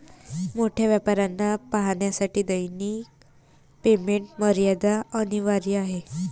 मोठ्या व्यापाऱ्यांना पाहण्यासाठी दैनिक पेमेंट मर्यादा अनिवार्य आहे